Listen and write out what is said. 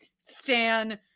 Stan